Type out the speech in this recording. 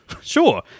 sure